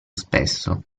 spesso